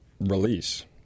release